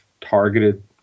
targeted